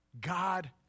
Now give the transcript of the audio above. God